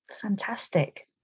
fantastic